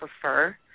prefer